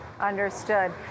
Understood